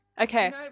Okay